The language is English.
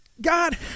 God